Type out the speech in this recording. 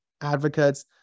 advocates